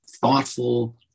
thoughtful